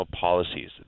policies